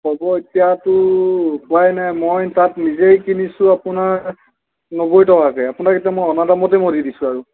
হ'ব এতিয়াটো উপায় নাই মই তাত নিজেই কিনিছোঁ আপোনাৰ নব্বৈ টকাকৈ আপোনাক এতিয়া মই অনা দামতে মই দি দিছোঁ আৰু